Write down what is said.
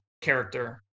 character